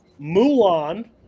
mulan